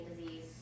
disease